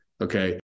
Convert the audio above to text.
okay